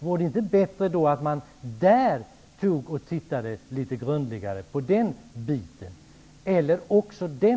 Vore det inte bättre att man tittade litet grundligare på den delen?